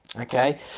okay